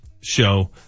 show